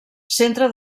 centre